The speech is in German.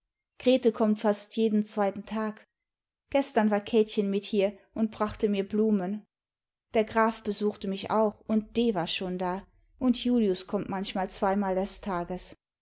grete kommt fast jeden zweiten tag gestern war kätchen mit hier und brachte mir blumen der graf besucht mich auch und d war schon da und julius kommt manchmal zweimal des tages